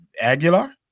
Aguilar